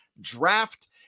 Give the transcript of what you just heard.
draft